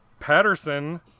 Patterson